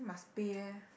then must pay eh